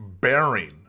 bearing